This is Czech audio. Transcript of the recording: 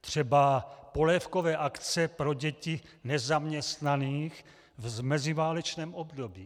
Třeba polévkové akce pro děti nezaměstnaných v meziválečném období.